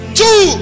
two